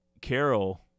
Carol